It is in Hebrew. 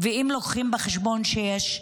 ואם לוקחים בחשבון שיש,